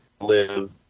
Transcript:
live